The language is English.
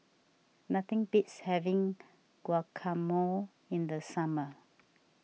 nothing beats having Guacamole in the summer